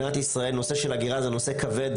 נושא של הגירה זה נושא כבד,